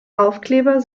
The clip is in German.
aufkleber